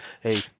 Hey